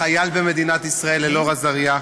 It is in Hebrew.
חייל במדינת ישראל, אלאור אזריה,